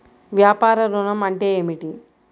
వ్యాపార ఋణం అంటే ఏమిటి?